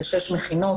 זה שש מכינות,